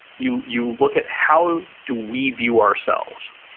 you you look at how do we view ourselves.